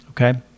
Okay